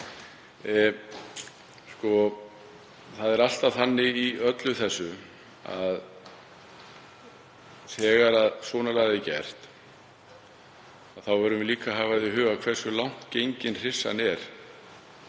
Það er alltaf þannig í öllu þessu að þegar svona lagað er gert verðum við líka að hafa í huga hversu langt gengin hryssan er.